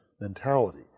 mentality